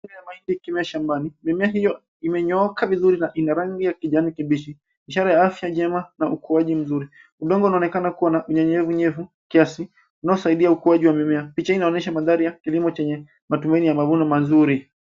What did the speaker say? Mimea ya mahindi ikimea shambani, mimea hiyo imenyooka vizuri na ina rangi ya kijani kibichi, ishara ya afya njema na ukuaji mzuri. Udongo unaonekana kuwa na unyenyenyevu kiasi, unaosaidia ukuaji wa mimea. Picha inaonyesha mandhari ya kilimo chenye matumaini ya mavuno mazuri.